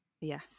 Yes